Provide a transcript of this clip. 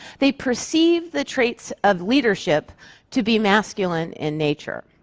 they perceive the traits of leadership to be masculine in nature.